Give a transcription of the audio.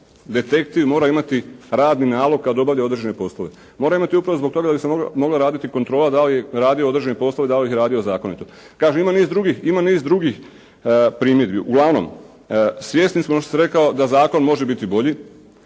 detektiv mora imati radni nalog kad obavlja određene poslove? Mora imati upravo zbog toga da bi se mogla raditi kontrola da li radi određene poslove, da li ih je radio zakonito? Kažem ima niz drugih, ima niz drugih primjedbi. Uglavnom svjesni smo što sam rekao da zakon može biti bolji.